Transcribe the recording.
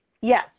yes